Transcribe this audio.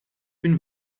been